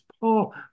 Paul